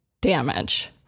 damage